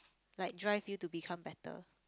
like drive you to become better